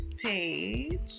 page